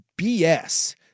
BS